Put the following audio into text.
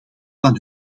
van